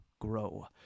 grow